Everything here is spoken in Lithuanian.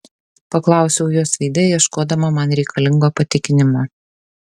paklausiau jos veide ieškodama man reikalingo patikinimo